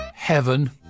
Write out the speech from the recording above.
Heaven